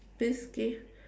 please give